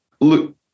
look